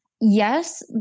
Yes